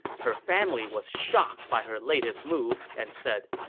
her family was shocked by her latest move and said,